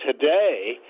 today